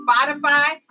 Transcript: spotify